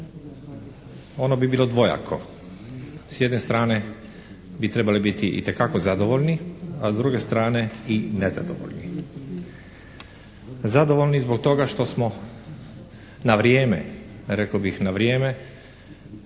ono bi bilo dvojako. S jedne strane bi trebali biti itekako zadovoljni, a s druge strane i nezadovoljni. Zadovoljni zbog toga što smo na vrijeme, rekao bih na vrijeme